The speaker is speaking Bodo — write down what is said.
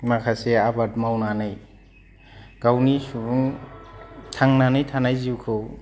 माखासे आबाद मावनानै गावनि सुबुं थांनानै थानाय जिउखौ